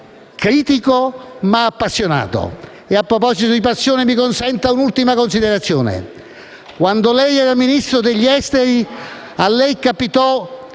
critico ma appassionato. A proposito di passione, mi consenta un'ultima considerazione: quando lei era Ministro degli affari esteri le capitò